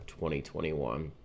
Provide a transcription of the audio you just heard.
2021